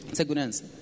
segurança